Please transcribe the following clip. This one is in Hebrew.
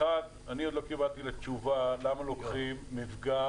אני עוד לא קיבלתי תשובה לשאלה למה לוקחים מפגע